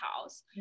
house